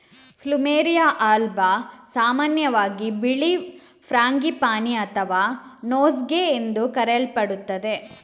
plumeria alba ಸಾಮಾನ್ಯವಾಗಿ ಬಿಳಿ frangipani ಅಥವಾ ನೋಸ್ಗೇ ಎಂದು ಕರೆಯಲ್ಪಡುತ್ತದೆ